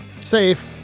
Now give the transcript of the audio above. safe